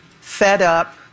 fed-up